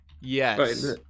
Yes